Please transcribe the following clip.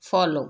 follow